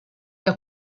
que